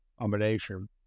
combination